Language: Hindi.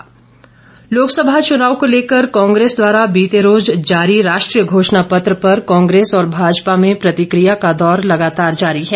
घोषणापत्र लोकसभा चुनाव को लेकर कांग्रेस द्वारा बीते रोज जारी राष्ट्रीय घोषणापत्र पर कांग्रेस और भाजपा में प्रतिक्रिया का दौर लगातार जारी है